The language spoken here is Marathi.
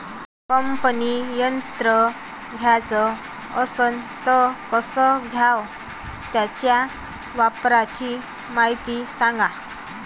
कापनी यंत्र घ्याचं असन त कस घ्याव? त्याच्या वापराची मायती सांगा